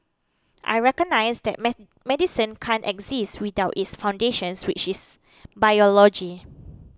I recognise that medicine can't exist without its foundations which is biology